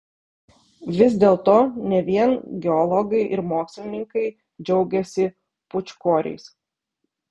vis dėlto ne vien geologai ir mokslininkai džiaugiasi pūčkoriais